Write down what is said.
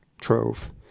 trove